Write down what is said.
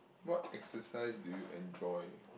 what exercise do you enjoy